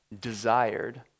desired